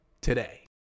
today